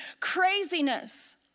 craziness